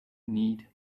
need